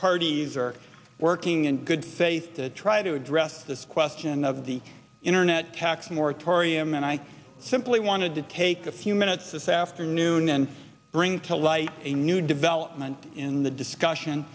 parties are working in good faith to try to address this question of the internet tax moratorium and i simply want to take a few minutes this afternoon and bring to light a new development in the discussion